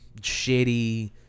shitty